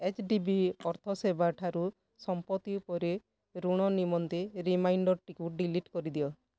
H D B ଅର୍ଥ ସେବା ଠାରୁ ସମ୍ପତ୍ତି ଉପରେ ଋଣ ନିମନ୍ତେ ରିମାଇଣ୍ଡର୍ଟିକୁ ଡିଲିଟ୍ କରିଦିଅ